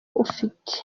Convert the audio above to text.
ufite